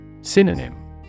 Synonym